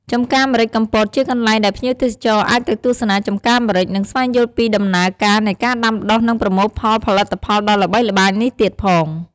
ចំការម្រេចកំពតជាកន្លែងដែលភ្ញៀវទេសចរអាចទៅទស្សនាចំការម្រេច និងស្វែងយល់ពីដំណើរការនៃការដាំដុះ និងប្រមូលផលផលិតផលដ៏ល្បីល្បាញនេះទៀតផង។